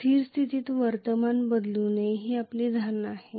स्थिर स्थितीत वर्तमान बदलू नये ही आपली धारणा आहे